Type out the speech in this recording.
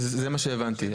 זה מה שהבנתי.